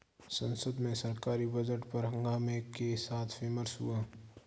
संसद में सरकारी बजट पर हंगामे के साथ विमर्श हुआ